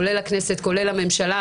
כולל הכנסת והממשלה.